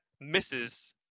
misses